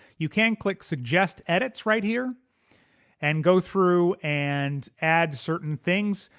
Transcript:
you can click suggest edits right here and go through and add certain things,